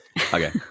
Okay